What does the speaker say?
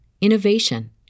innovation